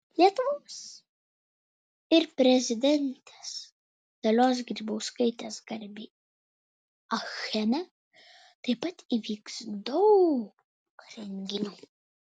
lietuvos ir prezidentės dalios grybauskaitės garbei achene taip pat įvyks daug renginių